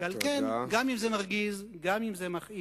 על כן, גם אם זה מרגיז, גם אם זה מכעיס,